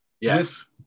Yes